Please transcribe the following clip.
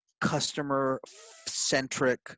customer-centric